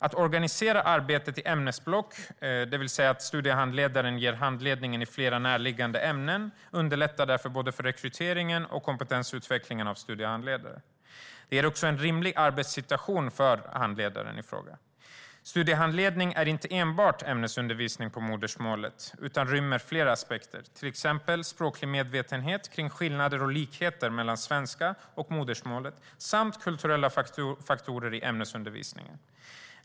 Att organisera arbetet i ämnesblock, det vill säga att studiehandledaren ger handledningen i flera närliggande ämnen, underlättar både rekryteringen av och kompetensutvecklingen för studiehandledare. Det ger också en rimlig arbetssituation för handledaren i fråga. Studiehandledning är inte enbart ämnesundervisning på modersmålet utan rymmer fler aspekter, till exempel språklig medvetenhet om skillnader och likheter mellan svenska och modersmålet samt kulturella faktorer i ämnesundervisningen.